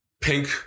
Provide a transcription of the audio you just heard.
pink